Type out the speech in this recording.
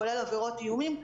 כולל עבירות איומים,